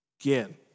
Again